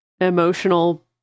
emotional